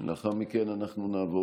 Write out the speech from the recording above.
לאחר מכן אנחנו נעבור